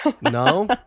No